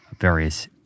various